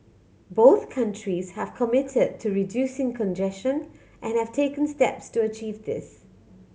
both countries have committed to reducing congestion and have taken steps to achieve this